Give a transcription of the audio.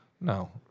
No